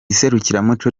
iserukiramuco